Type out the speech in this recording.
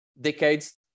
decades